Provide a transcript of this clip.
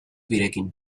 birekin